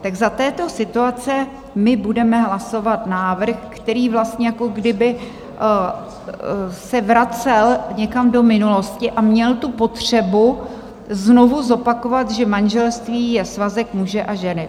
Tak za této situace my budeme hlasovat návrh, který vlastně jako kdyby se vracel někam do minulosti a měl potřebu znovu zopakovat, že manželství je svazek muže a ženy.